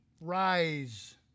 Rise